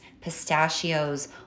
pistachios